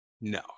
no